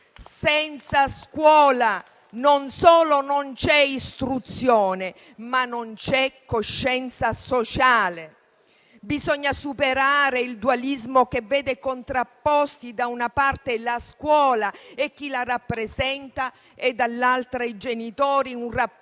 Senza scuola, non solo non c'è istruzione, ma non c'è coscienza sociale. Bisogna superare il dualismo che vede contrapposti da una parte la scuola e chi la rappresenta e dall'altra i genitori, in un rapporto